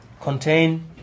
contain